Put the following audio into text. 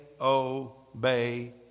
obey